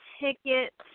tickets